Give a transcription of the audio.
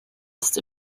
ist